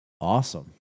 awesome